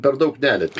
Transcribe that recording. per daug nelieti